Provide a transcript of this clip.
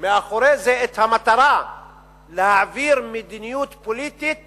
מאחורי זה המטרה להעביר מדיניות פוליטית